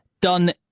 Done